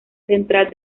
central